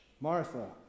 Martha